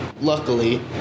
Luckily